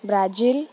Brazil